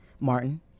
Martin